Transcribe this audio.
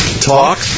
talk